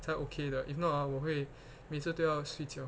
才 okay 的 if not orh 我会每次都要睡觉